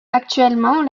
actuellement